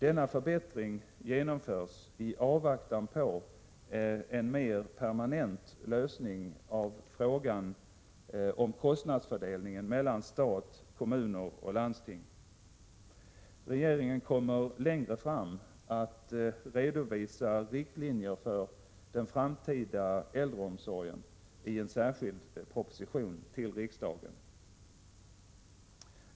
Denna förbättring genomförs i avvaktan på en mer permanent lösning av frågan om kostnadsfördelningen mellan stat, kommuner och landsting. Regeringen kommer längre fram att redovisa riktlinjerna för den framtida äldreomsorgen i en särskild proposition till riksdagen.